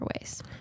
ways